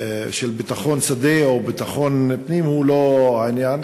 ביטחון שדה או ביטחון פנים הוא לא העניין.